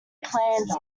plans